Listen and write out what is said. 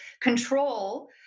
control